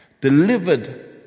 delivered